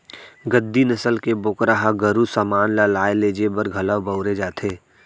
गद्दी नसल के बोकरा ल गरू समान ल लाय लेजे बर घलौ बउरे जाथे